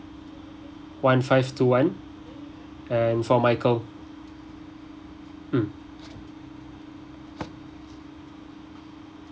one five two one and for michael mm